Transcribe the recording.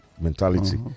mentality